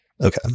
Okay